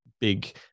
big